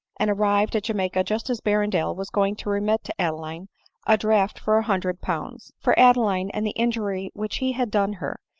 and arrived at jamaica just as berrendale was going to remit to adeline a draft for a hundred pounds. for adeline, and the injury which he had done her,